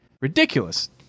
Ridiculous